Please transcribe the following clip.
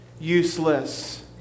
useless